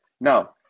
now